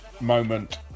moment